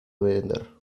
merendar